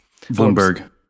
Bloomberg